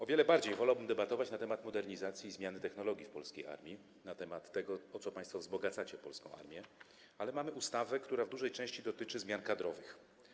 O wiele bardziej wolałbym debatować na temat modernizacji i zmiany technologii w polskiej armii, na temat tego, o co państwo wzbogacacie polską armię, ale mamy ustawę, która w dużej części dotyczy zmian kadrowych.